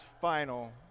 final